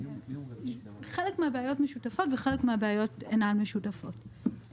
חלק מהבעיות משותפות וחלק מהבעיות אינן משותפות.